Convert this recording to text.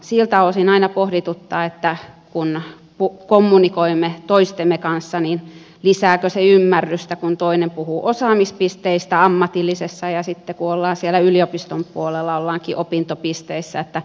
siltä osin aina pohdituttaa kun kommunikoimme toistemme kanssa lisääkö se ymmärrystä kun toinen puhuu osaamispisteistä ammatillisessa ja sitten kun ollaan siellä yliopiston puolella ollaankin opintopisteissä